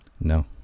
No